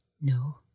No